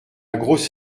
grosse